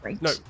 no